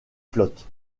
flottes